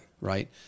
Right